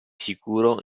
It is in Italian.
sicuro